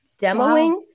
demoing